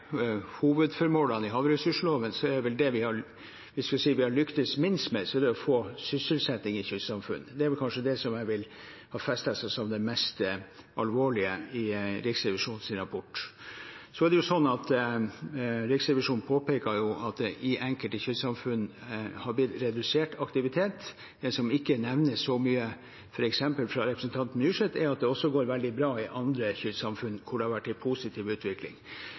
hovedformålene i havressursloven er det vi har lyktes minst med, å få sysselsetting i kystsamfunn. Det er kanskje det som har festet seg som det mest alvorlige i Riksrevisjonens rapport. Riksrevisjonen påpeker at det i enkelte kystsamfunn har blitt redusert aktivitet. Det som ikke nevnes så mye, f.eks. av representanten Myrseth, er at det går veldig bra i andre kystsamfunn, hvor det har vært en positiv utvikling.